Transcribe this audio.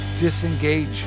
disengage